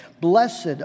Blessed